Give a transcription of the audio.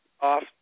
off